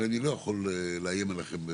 והרי אני לא יכול לאיים עליכם,